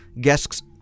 guests